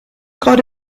caught